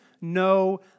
no